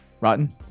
Rotten